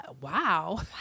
Wow